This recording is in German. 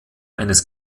eines